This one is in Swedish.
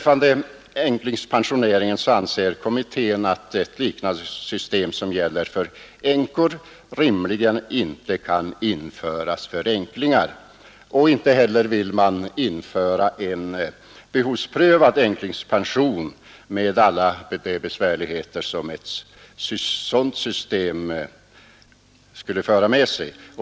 Vad änklingspensioneringen beträffar anser kommittén att ett liknande system som finns för änkor rimligen inte kan införas för änklingarna. Inte heller vill kommittén införa en behovsprövad änklingspension, med alla de besvärligheter som ett sådant system skulle föra med sig.